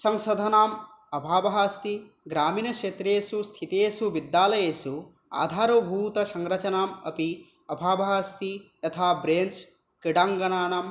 संसाधनानाम् अभावः अस्ति ग्रामीणक्षेत्रेषु स्थितेषु विद्यालयेषु आधारभूतसंरचनानाम् अपि अभावः अस्ति यथा ब्रेञ्च् क्रीडाङ्गणानां